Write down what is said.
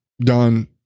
done